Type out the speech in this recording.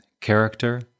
Character